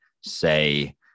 say